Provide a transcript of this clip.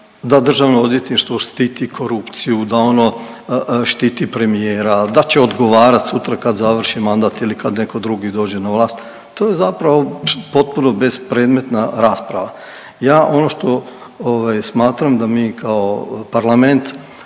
da državno odvjetništvo štiti korupciju, da ono štiti premijera, da će odgovarat sutra kad završi mandat ili kad neko drugi dođe na vlast, to je zapravo potpuno bespredmetna rasprava. Ja ono što smatram da mi kao Parlament